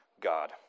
God